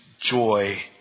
joy